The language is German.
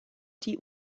die